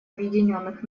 объединенных